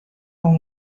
اون